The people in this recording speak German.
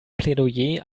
plädoyer